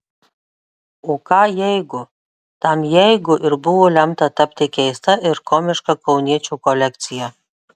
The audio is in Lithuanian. o ką jeigu tam jeigu ir buvo lemta tapti keista ir komiška kauniečio kolekcija